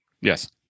Yes